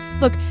Look